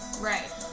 Right